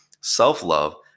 Self-love